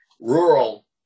rural